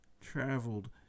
traveled